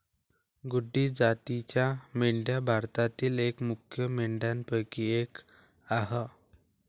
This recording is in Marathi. गड्डी जातीच्या मेंढ्या भारतातील मुख्य मेंढ्यांपैकी एक आह